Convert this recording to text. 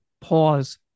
pause